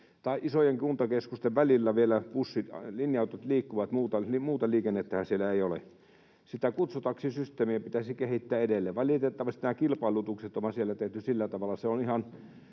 tai isojen kuntakeskusten välillä vielä bussit ja linja-autot liikkuvat, muuta liikennettähän siellä ei ole. Sitä kutsutaksisysteemiä pitäisi kehittää edelleen. Valitettavasti nämä kilpailutukset on vain siellä tehty sillä tavalla... Se on ihan